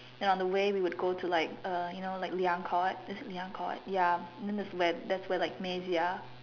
and on the way we would go to like uh you know like Liang court is it Liang court ya and that where that's where like Maize ya